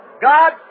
God